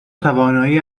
توانایی